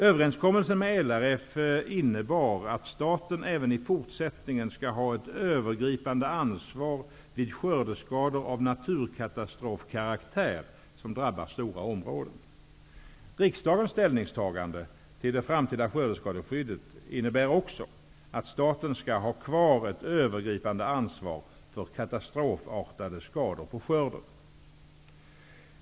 Överenskommelsen med LRF innebär att staten även i fortsättningen skall ha ett övergripande ansvar vid skördeskador av naturkatastrofkaraktär som drabbar stora områden. Riksdagens ställningstagande till det framtida skördeskadeskyddet innebär också att staten skall ha kvar ett övergripande ansvar för katastrofartade skador på skörden.